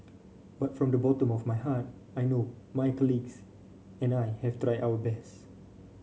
but from the bottom of my heart I know my colleagues and I have tried our best